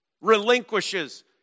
relinquishes